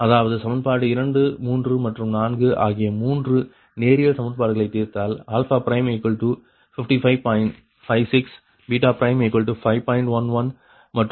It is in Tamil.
அதாவது சமன்பாடு 2 3 மற்றும் 4 ஆகிய மூன்று நேரியல் சமன்பாடுகளை தீர்த்தால் α' 55